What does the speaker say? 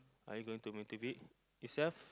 are you going to mitigate yourself